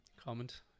Comment